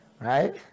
Right